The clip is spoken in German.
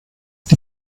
die